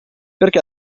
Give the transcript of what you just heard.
perché